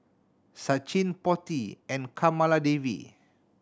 Sachin Potti and Kamaladevi